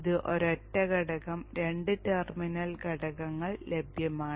ഇത് ഒരൊറ്റ ഘടകം രണ്ട് ടെർമിനൽ ഘടകങ്ങൾ ലഭ്യമാണ്